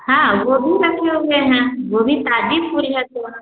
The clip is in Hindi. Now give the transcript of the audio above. हाँ वह भी रखे हुए हैं वह भी ताज़ा फूल है तो